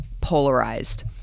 polarized